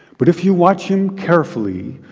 but if you watch him carefully,